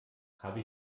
habe